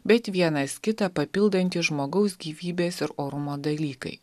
bet vienas kitą papildantys žmogaus gyvybės ir orumo dalykai